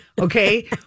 Okay